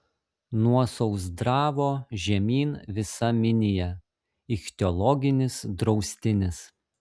nuo sausdravo žemyn visa minija ichtiologinis draustinis